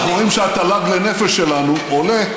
אנחנו רואים שהתל"ג לנפש שלנו עולה,